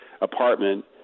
apartment